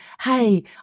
hey